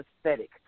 aesthetic